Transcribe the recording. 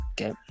Okay